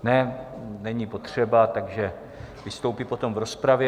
Ne, není potřeba, takže vystoupí potom v rozpravě.